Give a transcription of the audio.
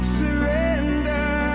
surrender